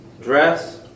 dress